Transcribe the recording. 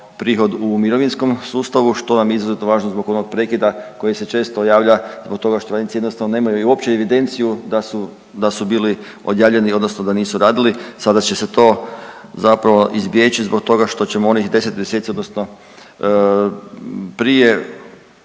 prihod u mirovinskom sustavu što nam je izuzetno važno zbog onog prekida se često javlja zbog toga što radnici jednostavno nemaju uopće evidenciju da su, da su bili odjavljeni odnosno da nisu radili, sada će se to zapravo izbjeći zbog toga što ćemo onih 10 mjeseci odnosno prije